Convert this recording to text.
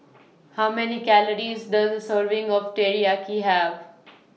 How Many Calories Does A Serving of Teriyaki Have